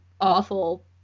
awful